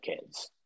kids